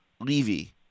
Levy